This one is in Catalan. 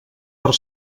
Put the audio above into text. per